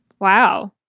Wow